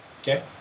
Okay